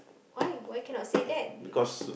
why why cannot say that because